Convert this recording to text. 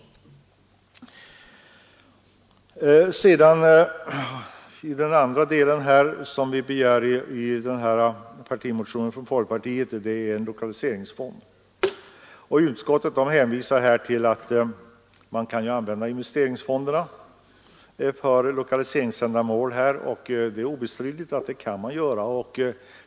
I den andra punkten av partimotionen från folkpartiet begär vi en lokaliseringsfond. Utskottet hänvisar till att man kan använda investeringsfonderna för lokaliseringsändamål, och det är ostridigt att man kan göra det.